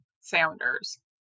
sounders